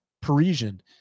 Parisian